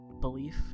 belief